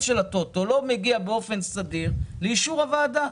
של הטוטו לא מגיע באופן סדיר לאישור הוועדה.